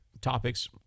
topics